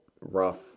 rough